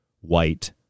white